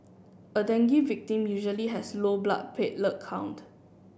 a dengue victim usually has low blood platelet count